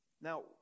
Now